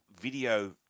video